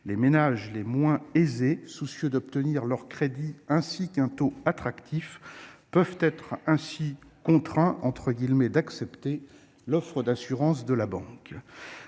les ménages les moins aisés, soucieux d'obtenir leur crédit ainsi qu'un taux attractif, peuvent être contraints d'accepter l'offre d'assurance de la banque.